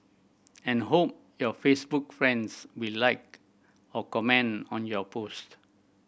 and hope your Facebook friends will like or comment on your post